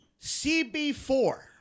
CB4